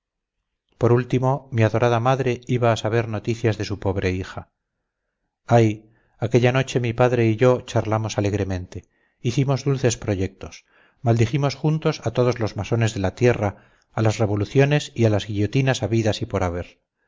por último mi adorada madre iba a saber noticias de su pobre hija ay aquella noche mi padre y yo charlamos alegremente hicimos dulces proyectos maldijimos juntos a todos los masones de la tierra a las revoluciones y a las guillotinas habidas y por haber